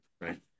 right